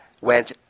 went